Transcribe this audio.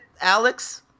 Alex